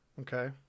Okay